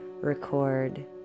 record